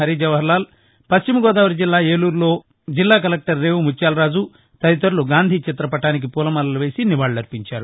హరిజవహర్లాల్ పశ్చిమగోదావరి జిల్లా ఏలూరులో జిల్లా కలెక్టర్ రేవు ముత్యాల రాజు తదితరులు గాంధీ చిత్రపటాలకు పూలమాలలు వేసి నివాళు లర్సించారు